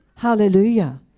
Hallelujah